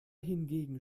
hingegen